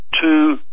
two